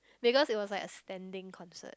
because it was like a standing concert